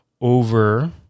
over